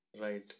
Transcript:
Right